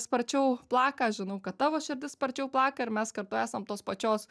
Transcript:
sparčiau plaka aš žinau kad tavo širdis sparčiau plaka ir mes kartu esam tos pačios